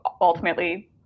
ultimately